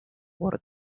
por